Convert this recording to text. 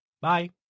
Bye